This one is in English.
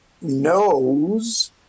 knows